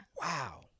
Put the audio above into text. Wow